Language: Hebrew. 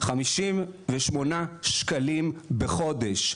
58 שקלים בחודש.